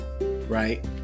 right